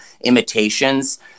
imitations